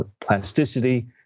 plasticity